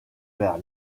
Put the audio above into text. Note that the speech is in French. vers